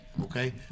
okay